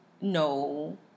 no